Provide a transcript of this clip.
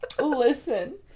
listen